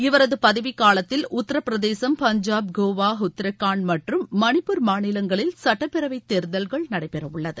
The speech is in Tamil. இவரது பதவிக்காலத்தில் உத்தரப்பிரதேசம் பஞ்சாப் கோவா உத்தரகாண்ட் மற்றும் மணிப்பூர் மாநிலங்களில் சட்டப்பேரவை தேர்தல்கள் நடைபெறவுள்ளது